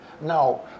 Now